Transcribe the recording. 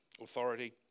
authority